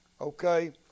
Okay